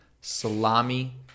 salami